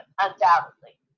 undoubtedly